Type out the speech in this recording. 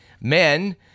men